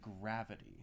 gravity